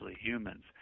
humans